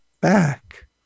back